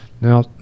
Now